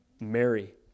Mary